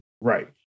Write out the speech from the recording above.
Right